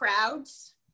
crowds